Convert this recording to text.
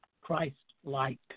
Christ-like